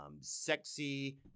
sexy